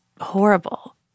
horrible